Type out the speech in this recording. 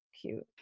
cute